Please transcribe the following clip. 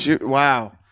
Wow